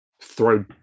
throw